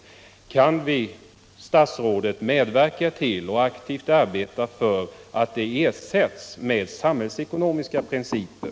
Kan statsrådet aktivt arbeta för att de ersätts med samhällsekonomiska principer?